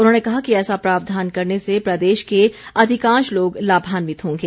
उन्होंने कहा कि ऐसा प्रावधान करने से प्रदेश के अधिकांश लोग लाभान्वित होंगे